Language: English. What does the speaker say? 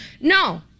No